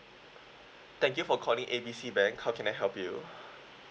thank you for calling A B C bank how can I help you